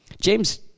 James